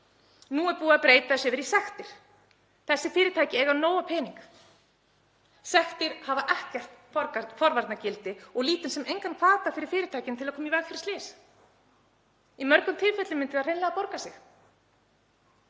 Nú er búið að breyta þessu yfir í sektir. En þessi fyrirtæki eiga nóg af peningum. Sektir hafa ekkert forvarnagildi og lítinn sem engan hvata fyrir fyrirtækin til að koma í veg fyrir slys. Í mörgum tilfellum myndi það hreinlega borga sig.